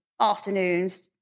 afternoons